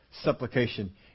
Supplication